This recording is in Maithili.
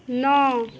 नओ